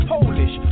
Polish